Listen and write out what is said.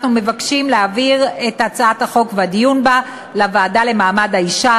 אנחנו מבקשים להעביר את הצעת החוק ואת הדיון בה לוועדה למעמד האישה,